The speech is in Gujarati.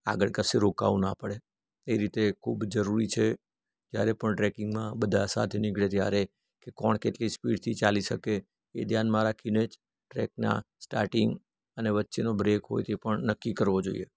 આગળ કશે રોકાવવું ના પડે એ રીતે ખૂબ જરૂરી છે જ્યારે પણ ટ્રેકિંગમાં બધા સાથે નીકળે ત્યારે કોણ કેટલી સ્પીડથી ચાલી શકે એ ધ્યાનમાં રાખીને જ ટ્રેકના સ્ટાર્ટિંગ અને વચ્ચેનો બ્રેક હોય તે પણ નક્કી કરવો જોઈએ